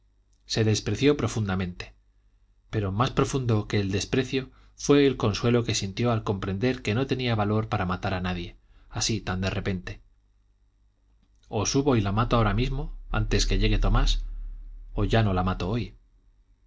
se despreció profundamente pero más profundo que el desprecio fue el consuelo que sintió al comprender que no tenía valor para matar a nadie así tan de repente o subo y la mato ahora mismo antes que llegue tomás o ya no la mato hoy